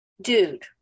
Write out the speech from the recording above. Dude